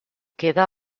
queda